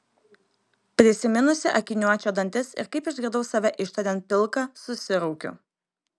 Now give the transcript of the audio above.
prisiminusi akiniuočio dantis ir kaip išgirdau save ištariant pilka susiraukiu